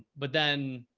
but then.